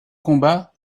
combat